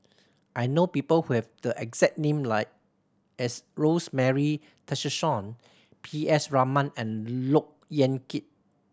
I know people who have the exact name like as Rosemary Tessensohn P S Raman and Look Yan Kit